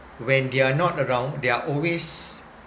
when they're not around they're always